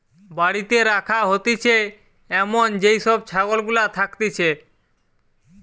বাড়িতে রাখা হতিছে এমন যেই সব ছাগল গুলা থাকতিছে